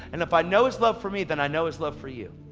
and if i know his love for me, then i know his love for you.